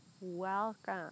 welcome